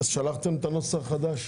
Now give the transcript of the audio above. שלחתם את הנוסח החדש?